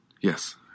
yes